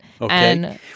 Okay